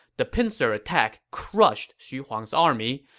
the pincer attack crushed xu huang's army,